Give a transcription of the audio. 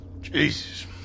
Jesus